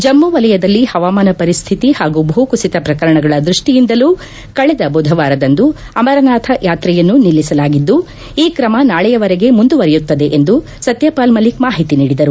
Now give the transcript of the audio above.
ಜಮ್ನು ವಲಯದಲ್ಲಿ ಹವಾಮಾನ ಪರಿಸ್ಥಿತಿ ಹಾಗೂ ಭೂ ಕುಸಿತ ಪ್ರಕರಣಗಳ ದೃಷ್ಷಿಯಿಂದಲೂ ಕಳೆದ ಬುಧವಾರದಂದು ಅಮರನಾಥ ಯಾತ್ರೆಯನ್ನು ನಿಲ್ಲಿಸಲಾಗಿದ್ಲು ಈ ಕ್ರಮ ನಾಳೆಯವರೆಗೆ ಮುಂದುವರೆಯುತ್ತದೆ ಎಂದು ಸತ್ಲಪಾಲ ಮಲ್ಲಿಕ್ ಮಾಹಿತಿ ನೀಡಿದರು